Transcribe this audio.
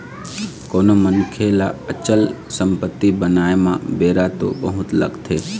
कोनो मनखे ल अचल संपत्ति बनाय म बेरा तो बहुत लगथे